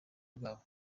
bwabo